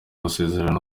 masezerano